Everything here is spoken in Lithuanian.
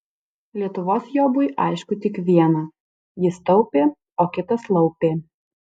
lietuvos jobui aišku tik viena jis taupė o kitas laupė